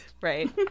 right